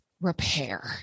repair